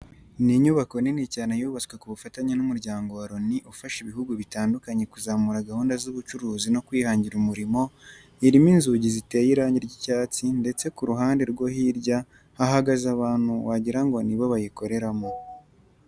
Ni inyubako nini cyane yubatswe ku bufatanye n'umuryango wa Loni ufasha ibihugu bitandukanye kuzamura gahunda z'ubucuruzi no kwihangira umurimo, irimo inzugi ziteye irangi ry'icyatsi ndetse ku ruhande rwo hirya hahagaze abantu wagira go ni bo bayikoreramo.